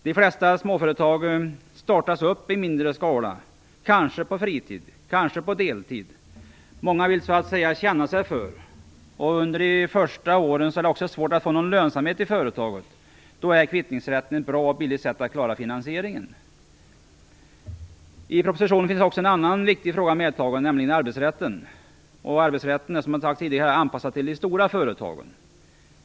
De flesta småföretag startas i mindre skala, kanske på fritid eller deltid. Många vill så att säga känna sig för. Under de första åren är det också svårt att få någon lönsamhet i företaget. Då är kvittningsrätten ett bra och billigt sätt att klara finansieringen. I propositionen finns också en annan viktig fråga medtagen, nämligen arbetsrätten. Arbetsrätten är som jag sade tidigare anpassad till de stora företagen.